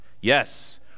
Yes